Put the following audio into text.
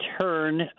turn